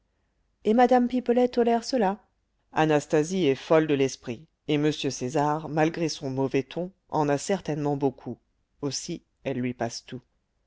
et mme pipelet tolère cela anastasie est folle de l'esprit et m césar malgré son mauvais ton en a certainement beaucoup aussi elle lui passe tout